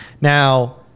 Now